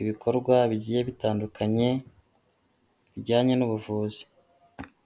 ibikorwa bigiye bitandukanye bijyanye n'ubuvuzi.